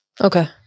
okay